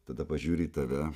tada pažiūri į tave